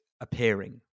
appearing